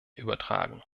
übertragen